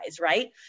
right